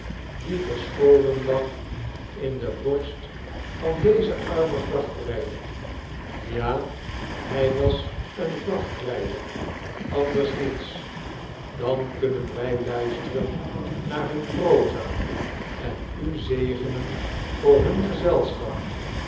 die versoholen lag in de borst van dezen annen vrachtrijder ja hij was een vrachtrijder anders niets dan kunnen wij luisteren naar hun proza en u zegenen voor hun gezelschap